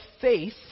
faith